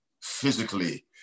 physically